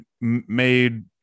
made